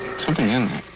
something's in